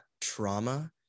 trauma